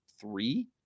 three